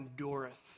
endureth